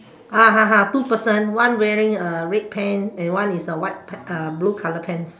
(uh huh huh) two person one wearing a red pant and one is a white uh blue color pants